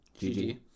GG